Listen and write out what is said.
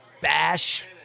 bash